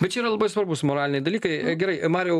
bet čia yra labai svarbūs moraliniai dalykai gerai mariau